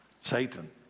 Satan